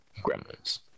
gremlins